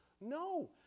No